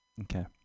Okay